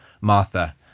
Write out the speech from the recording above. Martha